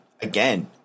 again